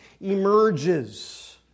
emerges